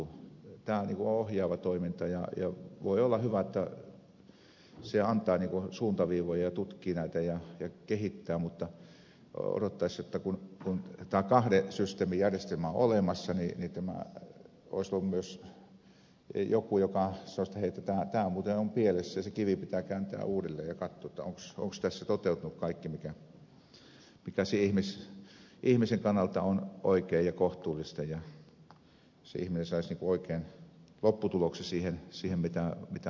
tämä on ikään kuin ohjaavaa toimintaa ja voi olla hyvä että se antaa suuntaviivoja ja tutkii näitä ja kehittää mutta odottaisi että kun tämä kahden systeemin järjestelmä on olemassa tämä olisi ollut myös joku joka sanoisi että hei tämä muuten on pielessä ja se kivi pitää kääntää uudelleen ja katsoa onko tässä toteutunut kaikki mikä sen ihmisen kannalta on oikein ja kohtuullista ja se ihminen saisi oikean lopputuloksen siihen mitä on hakemassa